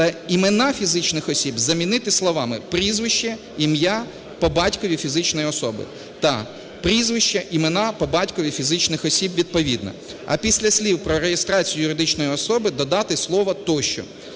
та імена фізичних осіб" замінити словами "прізвище, ім'я, по батькові фізичної особи та прізвища, імені, по батькові фізичних осіб відповідно". А після слів "про реєстрацію фізичної особи" додати слово "тощо"